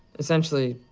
essentially,